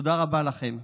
תודה רבה לכם.